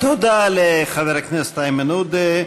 תודה לחבר הכנסת איימן עודה.